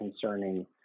concerning